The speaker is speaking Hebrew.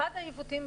אחד העיוותים,